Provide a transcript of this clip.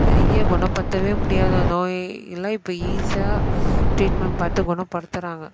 நிறைய குணப்படுத்தவே முடியாத நோய் எல்லாம் இப்போ ஈஸியா ட்ரீட்மென்ட் பார்த்து குணப்படுத்துகிறாங்க